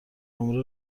نمره